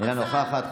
אינה נוכחת,